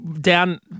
down